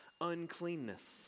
uncleanness